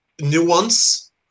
nuance